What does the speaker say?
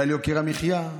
על יוקר המחיה,